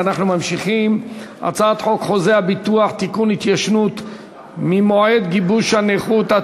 הצעת החוק נתקבלה בקריאה טרומית ותועבר לוועדת העבודה,